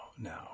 no